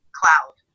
cloud